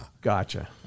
Gotcha